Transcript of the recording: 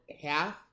half